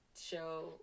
show